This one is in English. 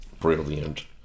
Brilliant